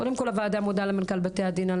קודם כל הוועדה מודה למנכ"ל בתי הדין על